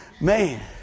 Man